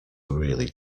really